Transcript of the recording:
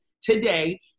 today